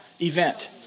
event